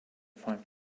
five